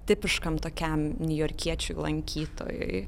tipiškam tokiam niujorkiečiui lankytojui